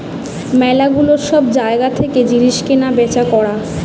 ম্যালা গুলা সব জায়গা থেকে জিনিস কেনা বেচা করা